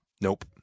Nope